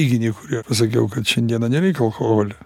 teiginį kurį pasakiau kad šiandieną nereik alkoholio